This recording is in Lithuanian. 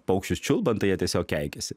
paukščius čiulbant tai tiesiog keikiasi